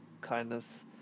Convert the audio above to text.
kindness